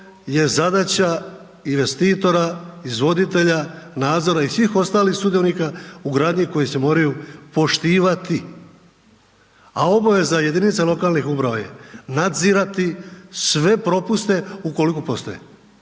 je zadaća investitora, izvoditelja nadzora i svih ostalih sudionika u gradnji koji se moraju poštivati. A obaveza jedinica samouprave nadzirati sve propuste ukoliko postoje